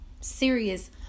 serious